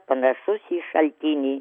panašus į šaltinį